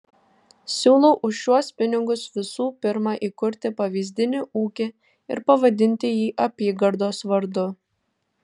siūlau už šiuos pinigus visų pirma įkurti pavyzdinį ūkį ir pavadinti jį apygardos vardu